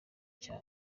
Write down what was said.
cya